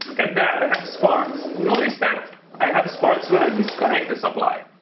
look at that, but i have sparks. notice that i have sparks when i disconnect the supply.